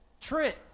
Trent